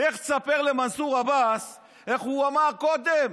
לך תספר למנסור עבאס, איך הוא אמר קודם?